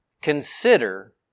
Consider